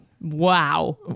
wow